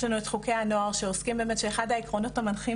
יש לנו את חוקי הנוער שאחד העקרונות המנחים